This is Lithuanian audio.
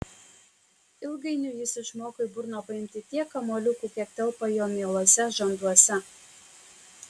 ilgainiui jis išmoko į burną paimti tiek kamuoliukų kiek telpa jo mieluose žanduose